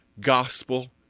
Gospel